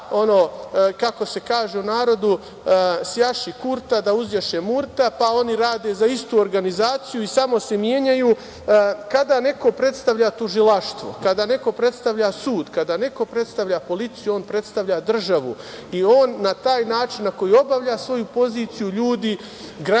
kako se kaže u narodu – sjaši Kurta, da uzjaše Murta, pa oni rade za istu organizaciju i samo se menjaju. Kada neko predstavlja tužilaštvo, kada neko predstavlja sud, kada neko predstavlja policiju, on predstavlja državu. On na taj način na koji obavlja svoju poziciju, ljudi, građani,